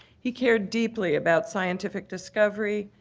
he cared deeply about scientific discovery,